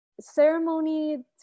ceremony